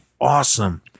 awesome